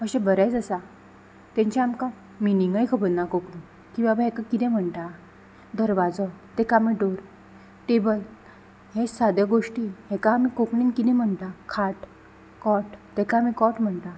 अशे बरेच आसा तांचे आमकां मिनिंगय खबर ना कोंकणीन की बाबा हाका किदें म्हणटा दरवाजो ताका आमी डोर टेबल हे सादें गोश्टी हाका आमी कोंकणीन कितें म्हणटा खाट कोट तेका आमी कोट म्हणटा